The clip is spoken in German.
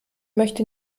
möchte